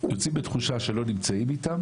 יוצאים בתחושה שלא נמצאים איתה,